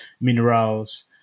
minerals